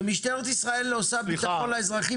ומשטרת ישראל עושה ביטחון לאזרחים